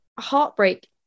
heartbreak